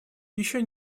еще